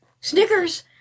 Snickers